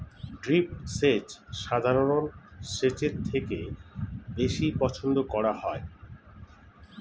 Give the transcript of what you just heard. drip সেচ সাধারণ সেচের থেকে বেশি পছন্দ করা হয়